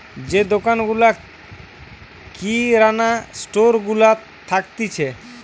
যে দোকান গুলা কিরানা স্টোর গুলা থাকতিছে